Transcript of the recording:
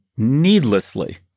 needlessly